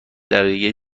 دقیقه